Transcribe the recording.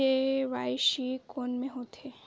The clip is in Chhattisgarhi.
के.वाई.सी कोन में होथे?